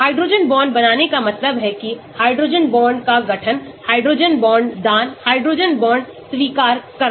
hydrogen bond बनाने का मतलब है कि हाइड्रोजन बॉन्ड का गठन हाइड्रोजन बॉन्ड दान हाइड्रोजन बॉन्ड स्वीकार करना